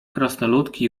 krasnoludki